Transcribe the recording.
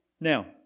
Now